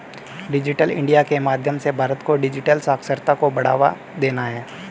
digital India के माध्यम से भारत को डिजिटल साक्षरता को बढ़ावा देना है